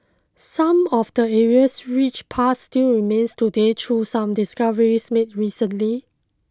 some of the area's rich past still remains today through some discoveries made recently